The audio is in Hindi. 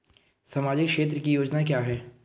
सामाजिक क्षेत्र की योजना क्या है?